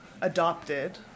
adopted